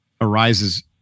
arises